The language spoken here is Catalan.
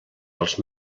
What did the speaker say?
els